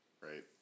right